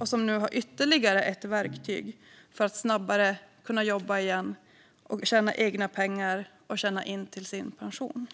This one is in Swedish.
och som nu har ytterligare ett verktyg för att snabbare kunna jobba igen och tjäna egna pengar och tjäna in till sin pension.